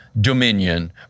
dominion